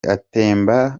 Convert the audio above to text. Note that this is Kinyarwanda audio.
atemba